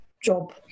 job